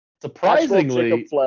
Surprisingly